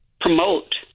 promote